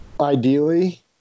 ideally